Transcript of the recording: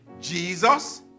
Jesus